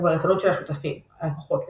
וברצונות של השותפים – הלקוחות בדרך-כלל.